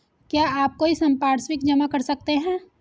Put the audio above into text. क्या आप कोई संपार्श्विक जमा कर सकते हैं?